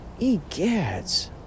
Egads